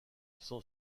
son